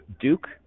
Duke